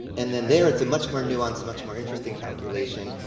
and then there, it's a much more nuance, much more interesting calculation.